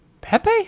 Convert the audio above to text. Pepe